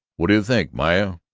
what do you think, myra?